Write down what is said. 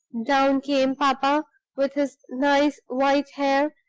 down came papa with his nice white hair,